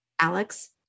Alex